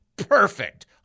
Perfect